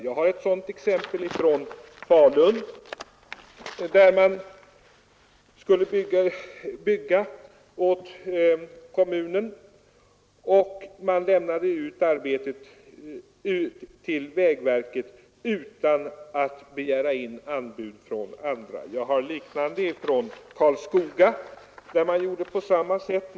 Jag har ett sådant exempel från Falun, där kommunen lämnade ut ett arbete till vägverket utan att begära in anbud från andra. Jag har liknande exempel från Karlskoga, där man gjorde på samma sätt.